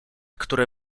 które